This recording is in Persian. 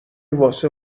واسه